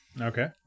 Okay